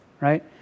right